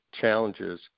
challenges